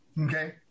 okay